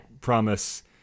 Promise